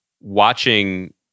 watching